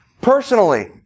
Personally